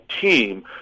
team